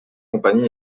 compagnie